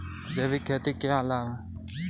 जैविक खेती के क्या लाभ हैं?